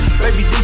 baby